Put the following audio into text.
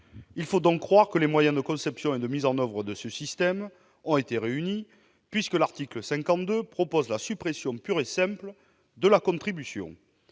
Il faut croire que les moyens de conception et de mise en oeuvre de ce système ont été réunis, puisque l'article 52 prévoit la suppression pure et simple de la contribution.